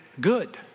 good